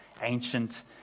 Ancient